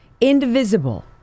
indivisible